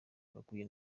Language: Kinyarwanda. bakwiye